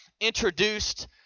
introduced